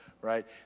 right